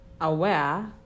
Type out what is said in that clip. aware